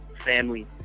family